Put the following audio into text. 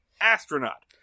astronaut